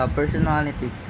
personality